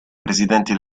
presidenti